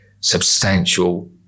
substantial